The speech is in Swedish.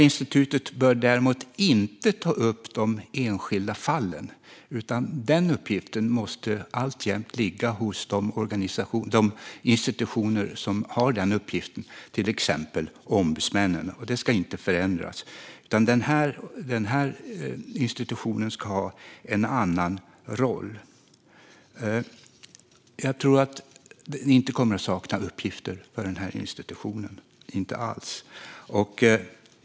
Institutet bör däremot inte ta upp de enskilda fallen, utan den uppgiften måste alltjämt ligga hos de institutioner som har den uppgiften, till exempel ombudsmännen. Det ska inte förändras, utan den här institutionen ska ha en annan roll. Jag tror inte att det kommer att saknas uppgifter för institutionen - inte alls.